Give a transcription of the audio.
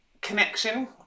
Connection